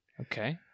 Okay